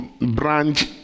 branch